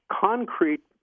concrete